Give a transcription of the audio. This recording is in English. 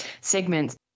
segments